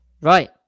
Right